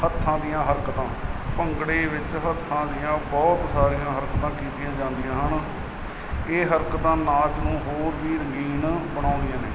ਹੱਥਾਂ ਦੀਆਂ ਹਰਕਤਾਂ ਭੰਗੜੇ ਵਿੱਚ ਹੱਥਾਂ ਦੀਆਂ ਬਹੁਤ ਸਾਰੀਆਂ ਹਰਕਤਾਂ ਕੀਤੀਆਂ ਜਾਂਦੀਆਂ ਹਨ ਇਹ ਹਰਕਤਾਂ ਨਾਚ ਨੂੰ ਹੋਰ ਵੀ ਰੰਗੀਨ ਬਣਾਉਂਦੀਆਂ ਨੇ